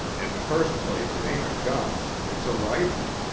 in the first place it ain't a gun. it's a rifle.